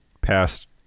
past